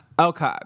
Okay